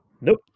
nope